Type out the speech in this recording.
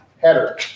header